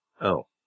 Oh